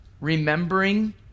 remembering